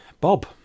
Bob